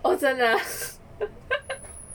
orh 真的 ah